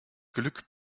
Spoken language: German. glück